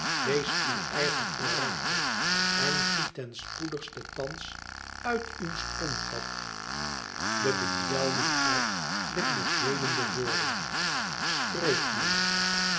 wees uw eigen orakel en giet ten spoedigste thans uit uw spongat de bedwelming uit der bevelende woorden spreek neef